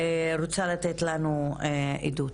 ורוצה לתת לנו עדות.